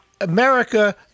America